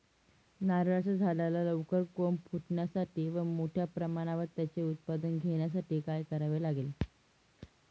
नारळाच्या झाडाला लवकर कोंब फुटण्यासाठी व मोठ्या प्रमाणावर त्याचे उत्पादन घेण्यासाठी काय करावे लागेल?